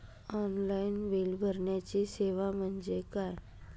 Online bill भरण्याची सेवा म्हणजे काय?